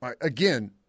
Again